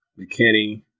McKinney